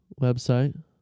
website